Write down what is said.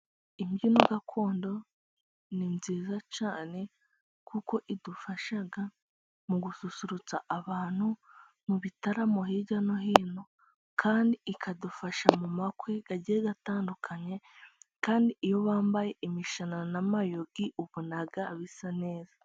Imbyino gakondo ni nziza cyane. Kuko idufasha mu gususurutsa abantu mu bitaramo hirya no hino. Kandi ikadufasha mu makwe agiye atandukanye, kandi iyo bambaye imishanana na' mayugi ubona bisa neza.